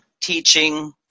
teaching